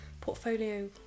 portfolio